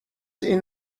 این